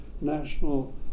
national